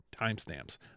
Timestamps